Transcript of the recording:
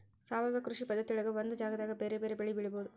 ಸಾವಯವ ಕೃಷಿ ಪದ್ಧತಿಯೊಳಗ ಒಂದ ಜಗದಾಗ ಬೇರೆ ಬೇರೆ ಬೆಳಿ ಬೆಳಿಬೊದು